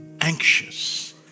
anxious